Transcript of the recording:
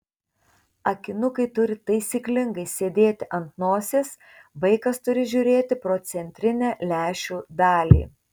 akinukai turi taisyklingai sėdėti ant nosies vaikas turi žiūrėti pro centrinę lęšių dalį